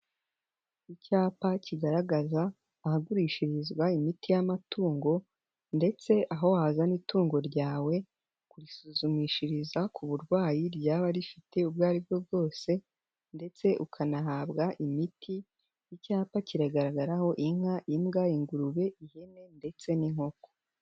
Icyapa kigaragaza ahagurishirizwa imiti y'amatungo, ndetse aho wazana itungo ryawe kurisuzumishiriza ku burwayi ryaba rifite ubwo aribwo bwose, ndetse ukanahabwa imiti, icyapa kiragaragaraho: inka, imbwa, ingurube, ihene ndetse n'inkoko.